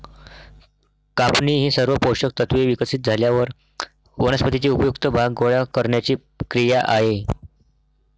कापणी ही सर्व पोषक तत्त्वे विकसित झाल्यावर वनस्पतीचे उपयुक्त भाग गोळा करण्याची क्रिया आहे